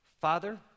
Father